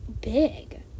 big